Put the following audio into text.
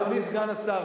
אדוני סגן השר,